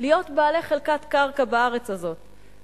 להיות בעלי חלקת קרקע בארץ הזאת.